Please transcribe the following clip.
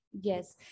yes